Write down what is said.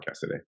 today